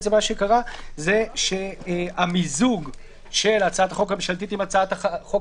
מה שקרה שהמיזוג של הצעת החוק הממשלתית עם הצעת החוק